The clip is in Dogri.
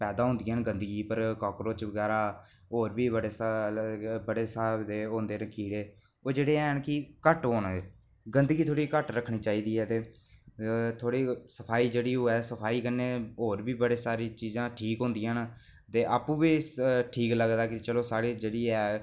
पैदा होंदियां न गंदगी पर काक्रोच बगैरा होर बी बड़े स्हाब बड़े स्हाब दे होंदे कीड़े ओह् जेह्ड़े हैन की घट्ट होन गंदगी थोह्ड़ी घट्ट रक्खनी चाहिदी ते थोह्ड़ी सफाई जेह्ड़ी होऐ सफाई कन्नै होर बी बड़ी सारी चीज़ां ठीक होंदियां न ते आपूं बी ठीक लगदा की साढ़ी जेह्ड़ी ऐ